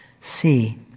see